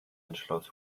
entschloss